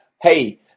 Hey